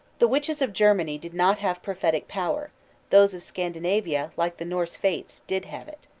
the witches of germany did not have prophetic power those of scandinavia, like the norse fates, did have it.